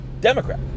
Democrat